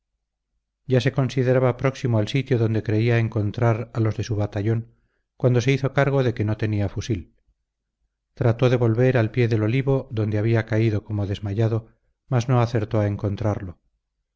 ya se consideraba próximo al sitio donde creía encontrar a los de su batallón cuando se hizo cargo de que no tenía fusil trató de volver al pie del olivo donde había caído como desmayado mas no acertó a encontrarlo